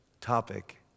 topic